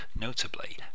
notably